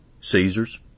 Caesars